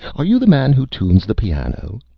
are you the man who tunes the piano?